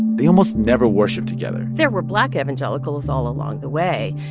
they almost never worshipped together there were black evangelicals all along the way.